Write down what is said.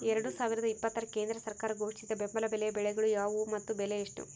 ಎರಡು ಸಾವಿರದ ಇಪ್ಪತ್ತರ ಕೇಂದ್ರ ಸರ್ಕಾರ ಘೋಷಿಸಿದ ಬೆಂಬಲ ಬೆಲೆಯ ಬೆಳೆಗಳು ಯಾವುವು ಮತ್ತು ಬೆಲೆ ಎಷ್ಟು?